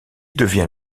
devient